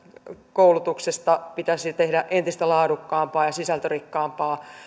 koulutuksesta pitäisi tehdä entistä laadukkaampaa ja sisältörikkaampaa